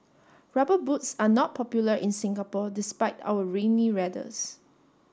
rubber boots are not popular in Singapore despite our rainy weathers